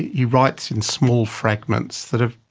he writes in small fragments that are,